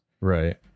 Right